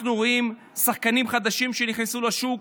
אנחנו רואים ששחקנים חדשים נכנסו לשוק,